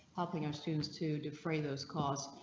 helping us choose to defray those calls.